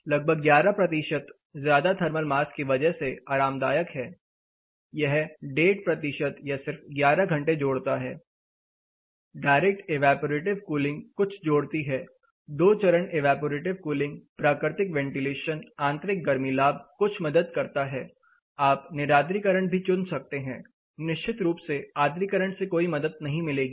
लगभग 11 प्रतिशत ज्यादा थर्मल मास की वजह से आरामदायक है यह 15 प्रतिशत या सिर्फ 11 घंटे जोड़ता डायरेक्ट इवेपरेटिव कूलिंग कुछ जोड़ती है दो चरण ईवैपोरेटिव कूलिंग प्राकृतिक वेंटिलेशन आंतरिक गर्मी लाभ कुछ मदद करता है आप निरार्द्रीकरण भी चुन सकते हैं निश्चित रूप से आद्रीकरण से कोई मदद नहीं मिलेगी